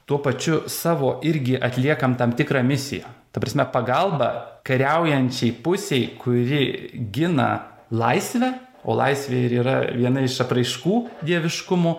tuo pačiu savo irgi atliekam tam tikrą misiją ta prasme pagalba kariaujančiai pusei kuri gina laisvę o laisvė ir yra viena iš apraiškų dieviškumo